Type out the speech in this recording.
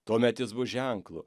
tuomet jis bus ženklu